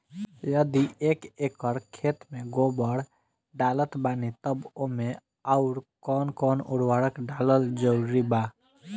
यदि एक एकर खेत मे गोबर डालत बानी तब ओमे आउर् कौन कौन उर्वरक डालल जरूरी बा?